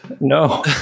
no